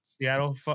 Seattle